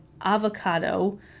avocado